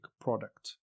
product